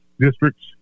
districts